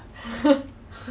mm